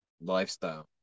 lifestyle